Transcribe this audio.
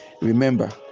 Remember